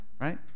right